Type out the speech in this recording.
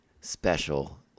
special